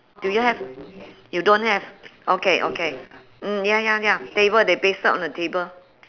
do you have you don't have okay okay mm ya ya ya table they pasted on a table